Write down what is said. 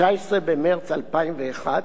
19 במרס 2001,